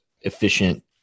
efficient